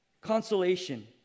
Consolation